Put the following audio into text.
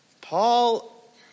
Paul